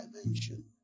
dimension